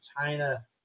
China